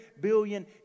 billion